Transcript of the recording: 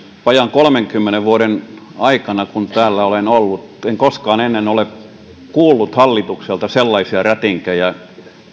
vajaan kolmenkymmenen vuoden aikana kun täällä olen ollut en koskaan ennen ole kuullut hallitukselta sellaisia rätinkejä